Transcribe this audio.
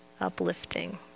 uplifting